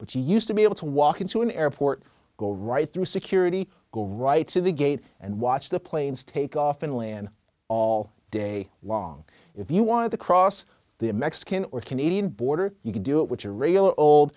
you used to be able to walk into an airport go right through security go right to the gate and watch the planes take off and land all day long if you wanted to cross the mexican or canadian border you could do it with a regular old